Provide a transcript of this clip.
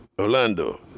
Orlando